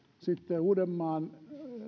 uudenmaan